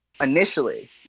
initially